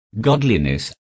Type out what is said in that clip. godliness